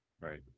right